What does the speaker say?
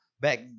Back